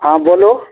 हँ बोलू